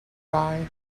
rye